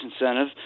incentive